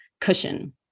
cushion